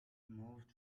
moved